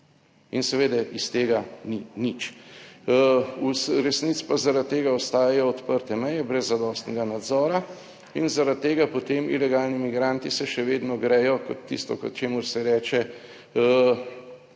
in seveda iz tega ni nič. V resnici pa zaradi tega ostajajo odprte meje brez zadostnega nadzora in zaradi tega potem ilegalni migranti se še vedno grejo kot tisto, ko čemur se reče